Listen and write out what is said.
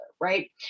Right